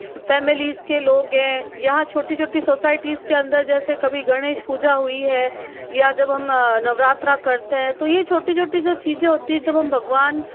families के लोग हैं यहाँ छोटी छोटी सोसाईटीज़ के अंदर जैसे कभी गणेश पूजा हुई है या जब हम नवरात्रा करते हैं तो ये छोटी छोटी जो चीज़ें होती हैं हम भगवान